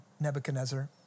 Nebuchadnezzar